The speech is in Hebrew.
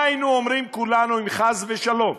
מה היינו אומרים כולנו אם, חס ושלום,